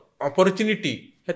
opportunity